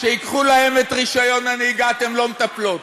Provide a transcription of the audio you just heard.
שייקחו להם את רישיון הנהיגה, אתן לא מטפלות.